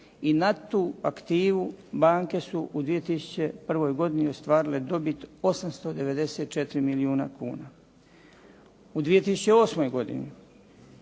i na tu aktivu banke su u 2001. godini ostvarile dobit 894 milijuna kuna. U 2008. godini